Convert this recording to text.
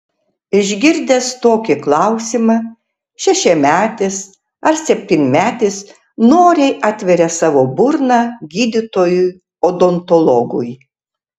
išgirdęs tokį klausimą šešiametis ar septynmetis noriai atveria savo burną gydytojui odontologui